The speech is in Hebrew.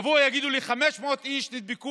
יבואו ויגידו לי ש-500 איש נדבקו